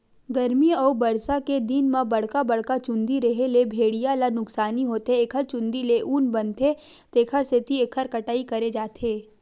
गरमी अउ बरसा के दिन म बड़का बड़का चूंदी रेहे ले भेड़िया ल नुकसानी होथे एखर चूंदी ले ऊन बनथे तेखर सेती एखर कटई करे जाथे